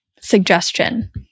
suggestion